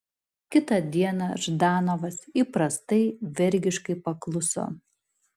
kitą dieną ždanovas įprastai vergiškai pakluso